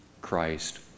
Christ